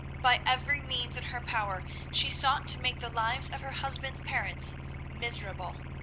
by every means in her power she sought to make the lives of her husband's parents miserable.